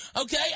okay